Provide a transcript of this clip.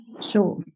sure